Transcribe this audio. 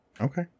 Okay